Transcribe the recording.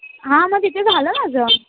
हां मग तिथे झालं माझं